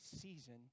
season